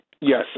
Yes